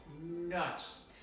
nuts